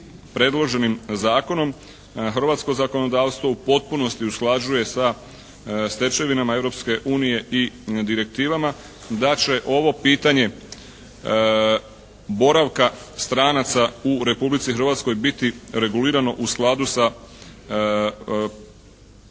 predloženim Zakonom hrvatsko zakonodavstvo u potpunosti usklađuje sa stečevinama Europske unije i direktivama da će ovo pitanje boravka stranaca u Republici Hrvatskoj biti regulirano u skladu sa